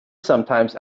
sometimes